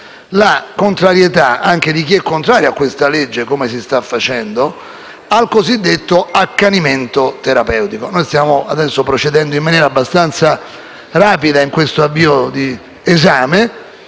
la contrarietà, anche di chi è contrario a questa legge, come si sta facendo, al cosiddetto accanimento terapeutico. Stiamo procedendo in maniera abbastanza rapida in questo avvio d'esame,